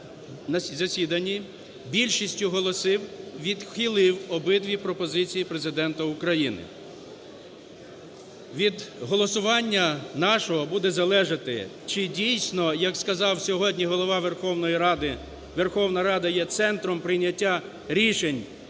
засіданні більшістю голосів відхилив обидві пропозиції Президента України. Від голосування нашого буде залежати, чи дійсно, як сказав сьогодні Голова Верховної Ради, Верховна Рада є центром прийняття рішень